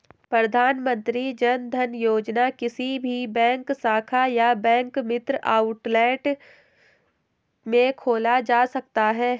प्रधानमंत्री जनधन योजना किसी भी बैंक शाखा या बैंक मित्र आउटलेट में खोला जा सकता है